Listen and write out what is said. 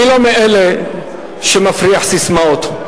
אני לא מאלה שמפריחים ססמאות.